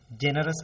generous